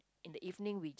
in the evening we